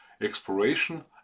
exploration